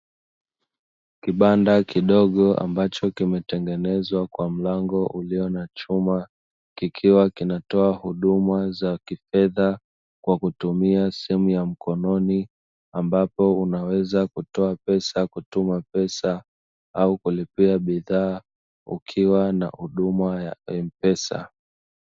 Kibanda kidogo ambacho kimetengenezwa kwa mlango ulio na chuma kikiwa kinatoa huduma za fedha kwa kutumia simu ya mkononi, ambao unaweza kutoa pesa au kutuma pesa pia unaweza kulipia bidhaa ukiwa na huduma ya m-pesa.